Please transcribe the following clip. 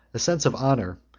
a sense of honor,